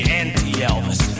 anti-Elvis